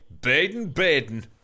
Baden-Baden